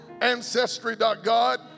Ancestry.God